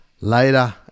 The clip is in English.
later